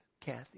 Kathy